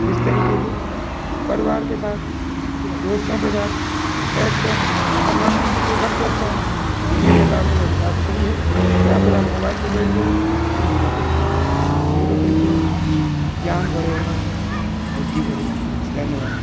इस तरीक़े से परिवार के साथ दोस्तों के साथ बैठ कर मनोरंजन के लिए सब से अच्छा मेरे हिसाब से तो अंताक्षरी है या फिर आप मोबाइल पर बैठ गए हो तो लूडो खेलते रहो लूडो खेलते रहो ज्ञान बढ़ेगा बुद्धि बढ़ेगी धन्यवाद